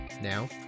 Now